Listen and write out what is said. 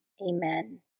Amen